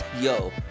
Yo